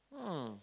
mm